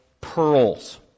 pearls